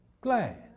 glad